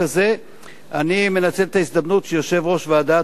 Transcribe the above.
אני מנצל את ההזדמנות שיושב-ראש ועדת העבודה והרווחה,